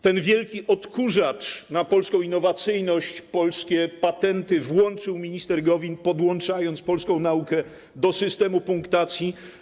Ten wielki odkurzacz na polską innowacyjność, polskie patenty włączył minister Gowin, podłączając polską naukę do systemu punktacji.